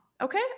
okay